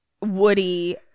Woody